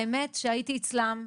האמת שהייתי אצלם,